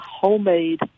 homemade